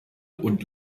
und